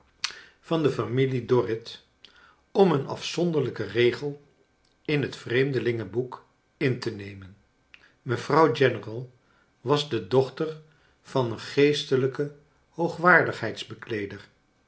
van de familie dorrit om een afzonderlijken regel in het vreemdelingenboek in te nemen mevrouw general was de dochter van een geestelijken